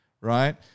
right